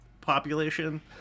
population